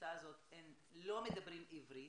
מהקבוצה הזאת לא מדברים עברית,